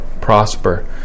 prosper